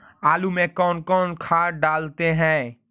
आलू में कौन कौन खाद डालते हैं?